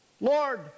Lord